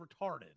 retarded